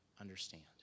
understand